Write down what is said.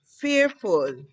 fearful